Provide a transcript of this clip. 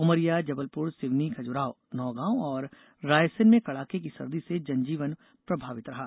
उमरिया जबलपुर सिवनी खजुराहो नौगांव और रायसेन में कड़ाके की सर्दी से जनजीवन प्रभावित रहा